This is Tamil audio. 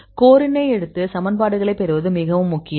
கோரினை எடுத்து சமன்பாடுகளைப் பெறுவது மிகவும் முக்கியம்